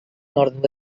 nord